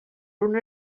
una